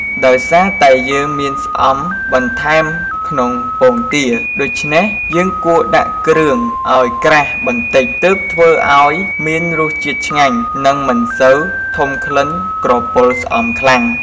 ដោយសារតែយើងមានស្អំបន្ថែមក្នុងពងទា ដូច្នេះយើងគួរដាក់គ្រឿងឱ្យក្រាស់បន្តិច ទើបធ្វើឱ្យមានរសជាតិឆ្ងាញ់ និងមិនសូវធំក្លិនក្រពុលស្អំខ្លាំង។